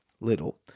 little